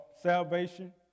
salvation